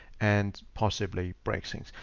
and possibly bracings.